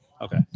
okay